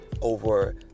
over